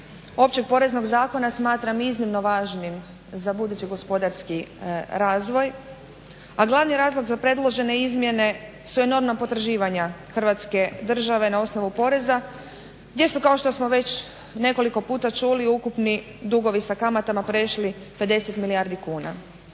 Općeg poreznog zakona smatram iznimno važnim za budući gospodarski razvoj, a glavni razlog za predložene izmjene su enormna potraživanja Hrvatske države na osnovu poreza gdje su kao što smo već nekoliko puta čuli ukupni dugovi sa kamatama prešli 50 milijardi kuna.